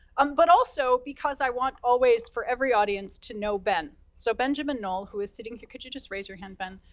um but also, because i want always for every audience to know ben. so benjamin knoll, who is sitting here, could you just raise your hand, ben,